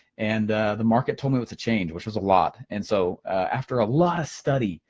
and the market told me what to change, which was a lot. and so after a lot of study,